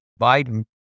Biden